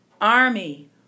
army